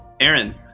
Aaron